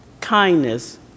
kindness